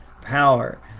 power